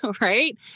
right